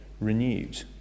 renewed